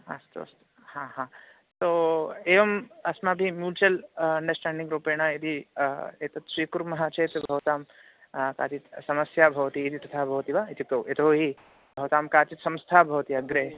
अस्तु अस्तु हा हा सो एवम् अस्माभिः म्यूचुवल् अण्डर्स्टाण्डिङ्ग् रूपेण यदि एतत् स्वीकुर्मः चेत् भवतां काचित् समस्या भवति इति तथा भवति वा इत्युक्तौ यतो हि भवतां काचित् संस्था भवति अग्रे